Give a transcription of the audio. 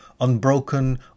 unbroken